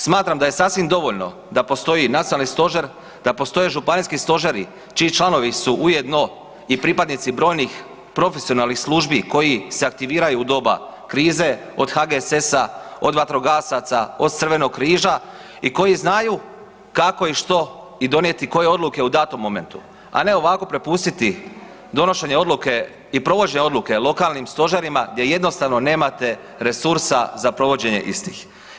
Smatram da je sasvim dovoljno da postoji nacionalni stožer, da postoje županijski stožeri čiji članovi su ujedno i pripadnici brojnih profesionalnih službi koji se aktiviraju u doba krize od HGSS-a, od vatrogasaca, od Crvenog križa i koji znaju kako i što i donijeti koje odluke u datom momentu, a ne ovako prepustiti donošenje odluke i provođenje odluke lokalnim stožerima gdje jednostavno nemate resursa za provođenje istih.